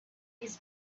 his